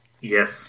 Yes